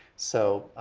so,